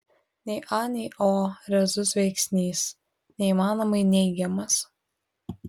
nei a nei o rezus veiksnys neįmanomai neigiamas